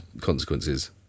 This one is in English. consequences